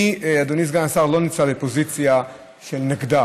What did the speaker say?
אני, אדוני סגן השר, לא נמצא בפוזיציה של נגדה